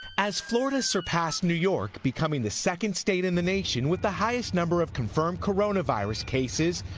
as florida surpassed new york becoming the second state in the nation with the highest number of confirmed coronavirus cases,